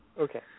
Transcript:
Okay